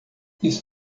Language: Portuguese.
isso